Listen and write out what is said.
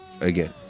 Again